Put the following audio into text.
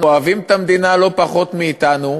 אוהבים את המדינה לא פחות מאתנו,